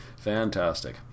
Fantastic